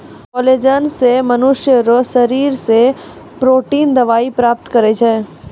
collagen से मनुष्य रो शरीर से प्रोटिन दवाई प्राप्त करै छै